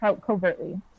covertly